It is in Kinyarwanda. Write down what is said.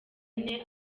ane